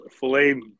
filet